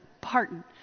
Pardon